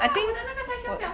I think 我